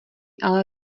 ale